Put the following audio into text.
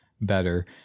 better